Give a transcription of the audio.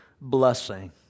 blessing